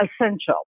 essential